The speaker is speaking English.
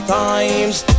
times